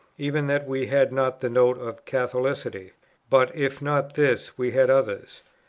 even that we had not the note of catholicity but, if not this, we had others.